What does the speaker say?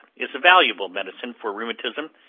is a valuable medicine for rheumatism,